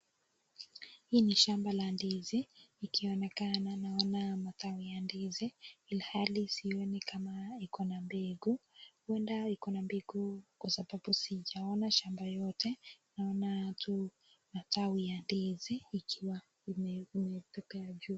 Hii ni shamba la ndizi ikionekana naona matawi ya ndizi ilhali sioni kama haya iko na mbegu, huenda iko na mbegu kwa sababu sijaona shamba yoyote naona tu matawi ya ndizi ikiwa imetokea juu.